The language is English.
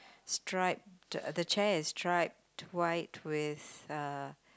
striped uh the chair is striped white with uh